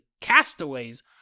castaways